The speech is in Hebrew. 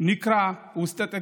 נקרא ווסטה טגיי,